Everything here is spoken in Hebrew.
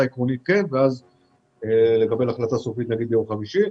עקרונית כן ונקבל החלטה סופית נגיד ביום חמישי.